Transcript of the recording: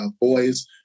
boys